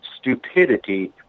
stupidity